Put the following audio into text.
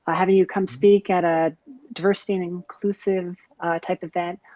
ah having you come speak at a diversity and inclusive ah type event?